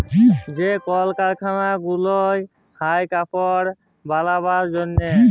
যে কল কারখালা গুলা হ্যয় কাপড় বালাবার জনহে